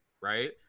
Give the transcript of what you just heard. right